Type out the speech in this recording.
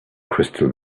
crystal